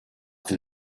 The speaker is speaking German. den